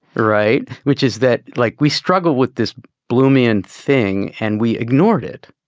right. which is that. like we struggle with this blooming and thing and we ignored it.